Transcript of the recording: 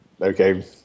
okay